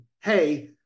hey